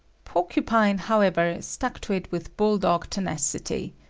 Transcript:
porcupine, however, stuck to it with bull-dog tenacity.